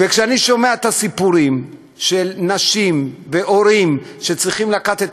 וכשאני שומע את הסיפורים של נשים והורים שצריכים לקחת את